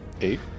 Eight